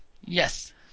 Yes